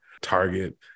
Target